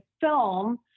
film